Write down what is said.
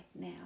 now